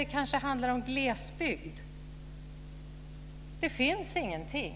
Det kanske är i glesbygden - det finns ingenting.